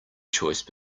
choice